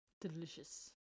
Delicious